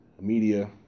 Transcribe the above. media